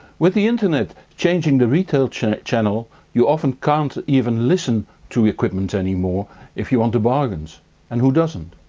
with the internet changing the retail channel channel you often can't even listen to equipment anymore if you want the bargains and who doesn't.